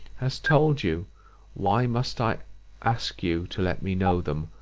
has told you why must i ask you to let me know them,